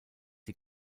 die